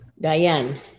Diane